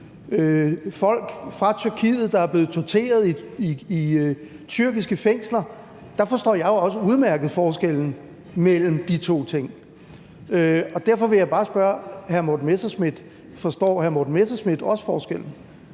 folk fra Tyrkiet, der er blevet torteret i tyrkiske fængsler, forstår jeg jo også udmærket forskellen mellem de to ting. Derfor vil jeg bare spørge hr. Morten Messerschmidt, om han også forstår